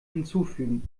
hinzufügen